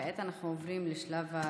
כעת אנחנו עוברים לשלב ההצבעות.